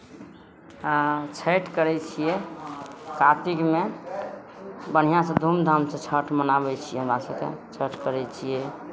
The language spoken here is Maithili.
हँ छठि करै छियै कातिकमे बढ़िआँसँ धूम धामसँ छठि मनाबै छियै हमरा सभके छठि करै छियै